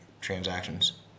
transactions